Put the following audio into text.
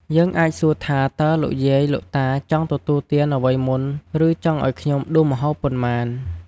យើងអាចសួរថាតើលោកយាយ លោកតាចង់ទទួលទានអ្វីមុនឬចង់ឱ្យខ្ញំុដួសម្ហូបប៉ុន្មាន?